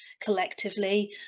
collectively